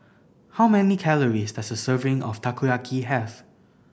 how many calories does a serving of Takoyaki have